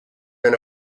ran